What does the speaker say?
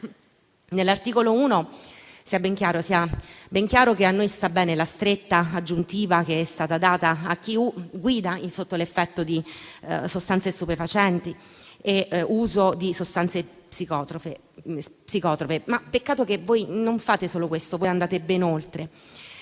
All'articolo 1, sia ben chiaro, a noi sta bene la stretta aggiuntiva che è stata riservata a chi guida sotto l'effetto di sostanze stupefacenti e uso di sostanze psicotrope. Peccato che voi non fate solo questo, ma andate ben oltre.